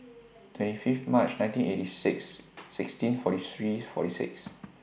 twenty five March nineteen eighty six sixteen forty three forty six